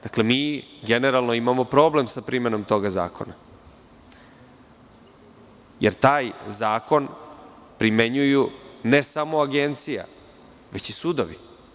Dakle, mi generalno imamo problem sa primenom toga zakona jer taj zakon primenjuju ne samo agencija, već i sudovi.